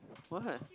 why